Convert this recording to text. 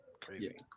crazy